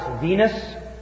Venus